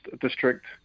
district